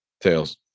Tails